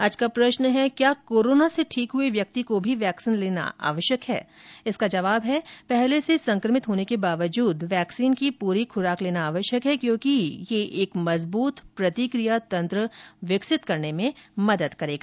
आज का प्रश्न है क्या कोरोना से ठीक हए व्यक्ति को भी वैक्सीन लेना आवश्यक है इसका जवाब है पहले से संकमित होने के बावजूद वैक्सीन की पूरी खुराक लेना आवश्यक है क्योंकि यह एक मजबूत प्रतिक्रया तंत्र विकसित करने में मदद करेगा